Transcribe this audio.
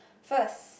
first